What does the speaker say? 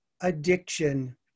addiction